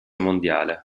mondiale